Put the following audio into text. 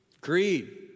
greed